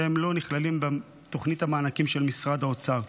והם לא נכללים בתוכנית המענקים של משרד האוצר,